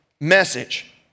message